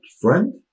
friend